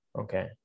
okay